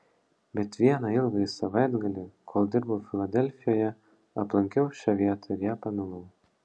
bet vieną ilgąjį savaitgalį kol dirbau filadelfijoje aplankiau šią vietą ir ją pamilau